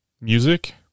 music